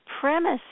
premise